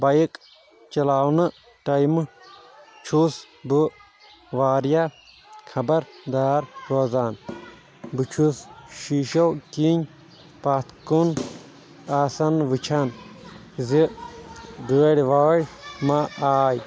bike چلاونہٕ ٹایمہٕ چھُس بہٕ واریاہ خبردار روزان بہٕ چھُس شیٖشو کِنۍ پتھ کُن آسان وٕچھان زِ گٲڑۍ وٲڑۍ مہ آے